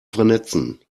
vernetzen